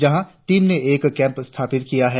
जहाँ टीम ने एक कैंप स्थापित किया है